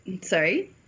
Sorry